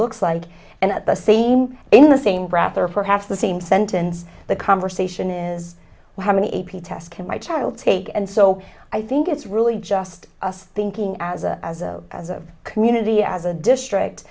looks like and at the same in the same breath or perhaps the same sentence the conversation is well how many a p tests can my child take and so i think it's really just us thinking as a as a as a community as a district